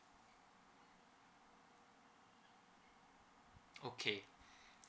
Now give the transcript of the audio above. okay